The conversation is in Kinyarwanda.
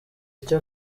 icyo